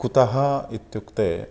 कुतः इत्युक्ते